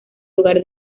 hogar